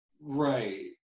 Right